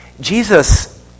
Jesus